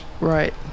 Right